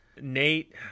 Nate